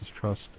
Trust